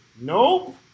Nope